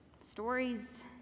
Stories